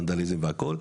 וונדליזם וכולי,